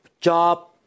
job